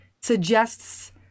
suggests